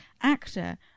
actor